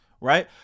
right